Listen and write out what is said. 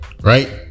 right